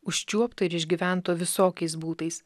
užčiuopto ir išgyvento visokiais būdais